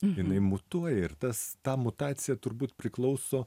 jinai mutuoja ir tas ta mutacija turbūt priklauso